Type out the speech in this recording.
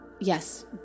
Yes